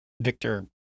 Victor